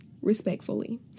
respectfully